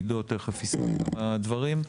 עידו תכף יסביר את הדברים.